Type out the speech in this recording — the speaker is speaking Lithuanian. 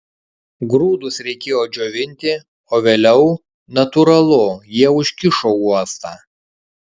grūdus reikėjo džiovinti o vėliau natūralu jie užkišo uostą